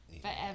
forever